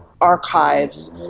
archives